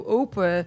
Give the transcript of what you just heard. open